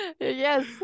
Yes